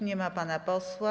Nie ma pana posła.